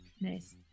Nice